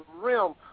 realm